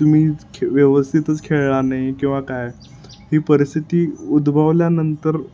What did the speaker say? तुम्ही खे व्यवस्थितच खेळला नाही किंवा काय ही परिस्थिती उद्भवल्यानंतर